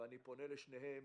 ואני פונה לשניהם